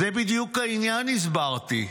זה בדיוק העניין', הסברתי.